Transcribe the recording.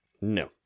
no